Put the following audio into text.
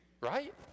right